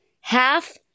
half